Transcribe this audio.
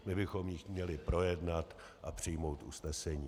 My bychom ji měli projednat a přijmout usnesení.